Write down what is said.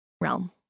realm